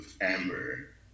Amber